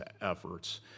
efforts